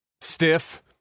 stiff